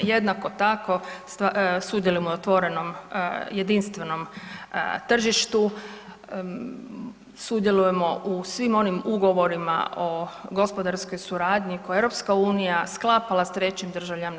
Jednako tako sudjelujemo i u otvorenom, jedinstvenom tržištu, sudjelujemo u svim onim ugovorima o gospodarskoj suradnji koje je EU sklapala s trećim državama.